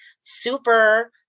super